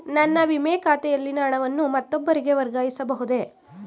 ನನ್ನ ವಿಮೆ ಖಾತೆಯಲ್ಲಿನ ಹಣವನ್ನು ಮತ್ತೊಬ್ಬರಿಗೆ ವರ್ಗಾಯಿಸ ಬಹುದೇ?